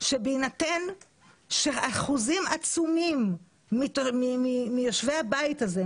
שבהינתן שאחוזים עצומים מיושבי הבית הזה,